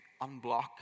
unblock